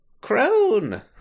Crone